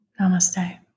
Namaste